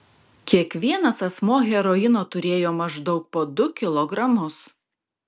kiekvienas asmuo heroino turėjo maždaug po du kilogramus